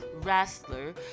wrestler